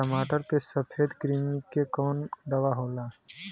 टमाटर पे सफेद क्रीमी के कवन दवा होला?